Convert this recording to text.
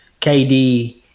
KD-